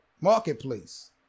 Marketplace